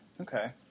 Okay